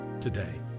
today